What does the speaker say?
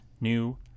new